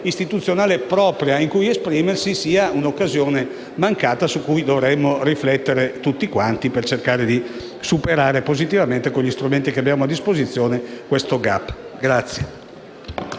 istituzionale propria in cui esprimersi rappresenta un'occasione mancata, su cui dovremmo riflettere tutti quanti per cercare di superare positivamente, con gli strumenti che abbiamo a disposizione, questo *gap*.